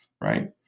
Right